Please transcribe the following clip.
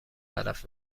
تلف